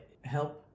help